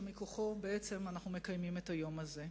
שמכוחו בעצם אנחנו מקיימים את היום הזה.